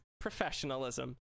professionalism